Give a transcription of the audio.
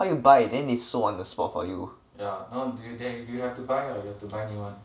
what you buy then they sew on the spot for you